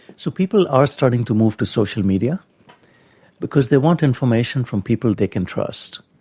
so people are starting to move to social media because they want information from people they can trust.